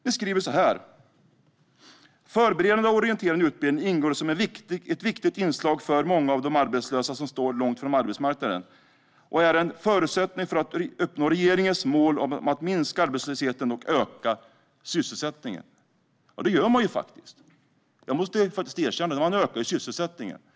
Ni skriver: Förberedande och orienterande utbildning ingår som ett viktigt inslag för många av de arbetslösa som står långt från arbetsmarknaden och är en förutsättning för att uppnå regeringens mål om att minska arbetslösheten och öka sysselsättningen. Det gör man ju faktiskt. Det måste jag erkänna, att sysselsättningen har ökat.